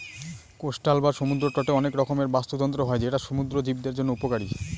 coastal বা সমুদ্র তটে অনেক রকমের বাস্তুতন্ত্র হয় যেটা সমুদ্র জীবদের জন্য উপকারী